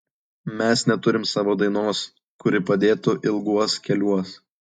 mes neturim savo dainos kuri padėtų ilguos keliuos